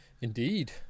Indeed